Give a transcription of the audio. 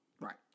Right